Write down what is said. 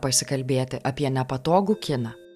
pasikalbėti apie nepatogų kiną